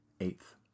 Eighth